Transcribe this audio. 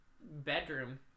bedroom